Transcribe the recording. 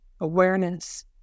awareness